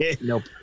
nope